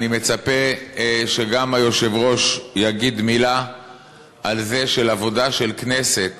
אני מצפה שגם היושב-ראש יגיד מילה על זה שעבודה של הכנסת